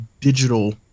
digital